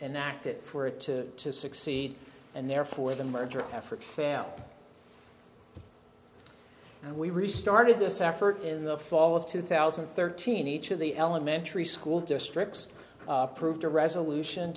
an active for it to succeed and therefore the merger effort fam and we restarted this effort in the fall of two thousand and thirteen each of the elementary school districts approved a resolution